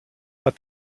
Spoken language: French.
pas